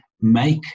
make